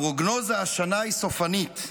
הפרוגנוזה השנה היא סופנית.